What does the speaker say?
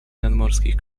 nadmorskich